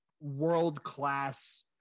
world-class